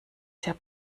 sehr